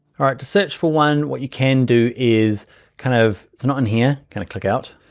all right to search for one what you can do is kind of, it's not in here, can i click out?